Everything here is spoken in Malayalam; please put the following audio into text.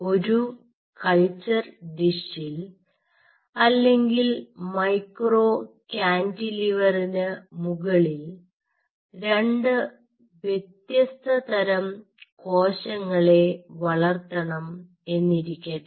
ഒരു കൾച്ചർ ഡിഷിൽ അല്ലെങ്കിൽ മൈക്രോ കാന്റിലിവറിന് മുകളിൽ രണ്ട് വ്യത്യസ്ത തരം കോശങ്ങളെ വളർത്തണം എന്നിരിക്കട്ടെ